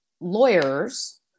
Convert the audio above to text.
lawyers